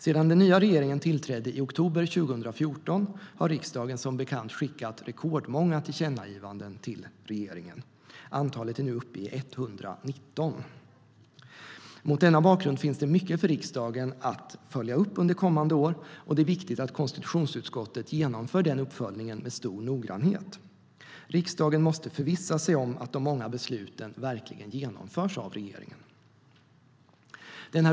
Sedan den nya regeringen tillträdde i oktober 2014 har riksdagen som bekant skickat rekordmånga tillkännagivanden till regeringen. Antalet är nu uppe i 119. Mot denna bakgrund finns det mycket för riksdagen att följa upp under kommande år, och det är viktigt att konstitutionsutskottet genomför den uppföljningen med stor noggrannhet. Riksdagen måste förvissa sig om att de många besluten verkligen genomförs av regeringen.